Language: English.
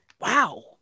Wow